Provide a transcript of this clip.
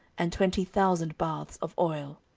and twenty thousand baths of oil.